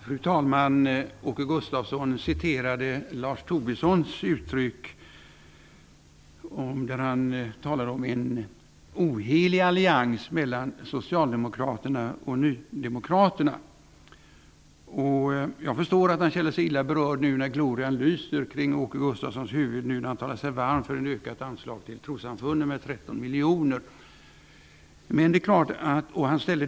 Fru talman! Åke Gustavsson citerade Lars Tobisson, som talade om en ohelig allians mellan Socialdemokraterna och Nydemokraterna. Jag förstår att Åke Gustavsson känner sig illa berörd nu, när han talar sig varm för ökat anslag till trossamfunden med 13 miljoner och glorian lyser kring hans huvud.